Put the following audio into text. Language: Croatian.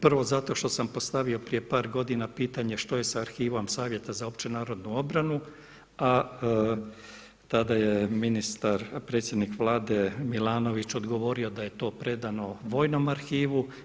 Prvo, zato što sam postavio prije par godina pitanje što je sa arhivom Savjeta za općenarodnu obranu, a tada je predsjednik vlade Milanović odgovorio da je to predano vojnom arhivu.